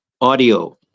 audio